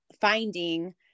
finding